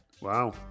Wow